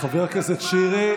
חבר הכנסת שירי,